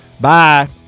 Bye